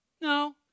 No